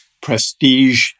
prestige